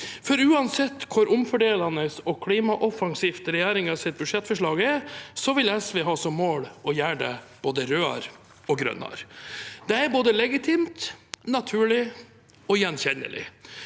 for uansett hvor omfordelende og klimaoffensivt regjeringens budsjettforslag er, vil SV ha som mål å gjøre det både rødere og grønnere. Det er både legitimt, naturlig og gjenkjennelig,